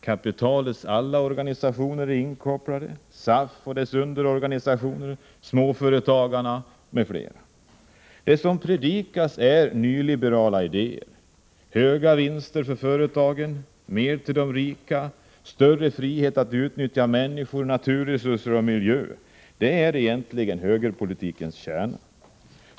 Kapitalets alla organisationer är inkopplade — SAF och dess underorganisationer, småföretagarna m.fl. Det som predikas är nyliberala idéer: höga vinster för företagen, mer till de rika, större frihet att utnyttja människor, naturresurser och miljöer. Detta är egentligen högerpolitikens kärna.